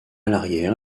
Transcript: l’arrière